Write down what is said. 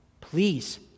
Please